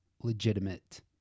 legitimate